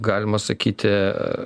galima sakyti